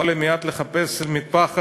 בא לי מייד לחפש מטפחת,